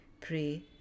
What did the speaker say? pray